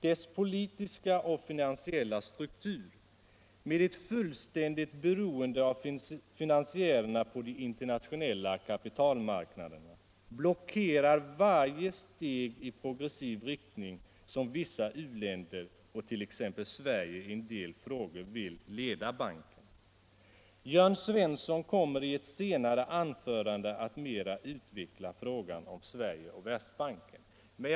Dess politiska och finansiella struktur — med ett fullständigt beroende av finansiärerna på de internationella kapitalmarknaderna — blockerar de steg i progressiv riktning som vissa u-länder och t.ex. Sverige i en del frågor vill att banken skall ta. Herr Svensson i Malmö kommer i ett senare anförande att utveckla frågan om Sverige och Världsbanken.